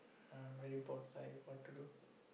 ah very bored life what to do